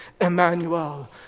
Emmanuel